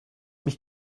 mich